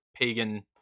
pagan